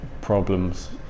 problems